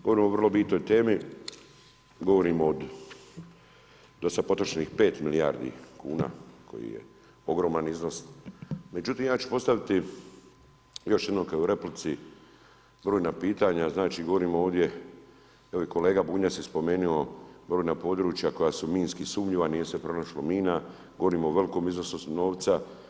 Govorimo o vrlo bitnoj temi, govorimo da sa potrošenih 5 milijardi kuna, koji je ogroman iznos, međutim, ja ću postaviti još jednom kada u replici brojna pitanja, znači govorimo ovdje, i kolega Bunjac je spomenuo … područja koja su minski sumnjiva, nije se pronašlo mina, govorimo o velikom iznosu novca.